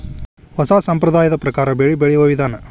ಹೊಸಾ ಸಂಪ್ರದಾಯದ ಪ್ರಕಾರಾ ಬೆಳಿ ಬೆಳಿಯುವ ವಿಧಾನಾ